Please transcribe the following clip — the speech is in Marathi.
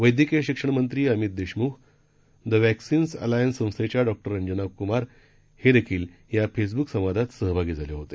वैद्यकीय शिक्षण मंत्री Amit Deshmukh the vaccines alliance संस्थेच्या इॉ रंजना क्मार हे देखील या फेसब्क संवादात सहभागी झाले होते